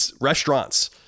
restaurants